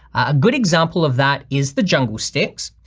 a good example of that is the jungle stix,